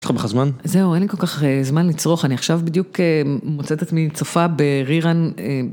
זהו אין לי כל כך זמן לצרוך, אני עכשיו בדיוק מוצאת את מי צופה ב-re-run